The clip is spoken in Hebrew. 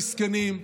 המסכנים,